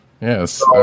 Yes